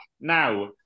Now